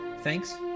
Thanks